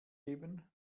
geben